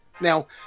Now